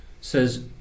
says